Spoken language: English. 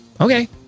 okay